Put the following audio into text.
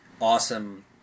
awesome